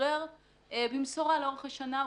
ולשחרר במשורה לאורך השנה,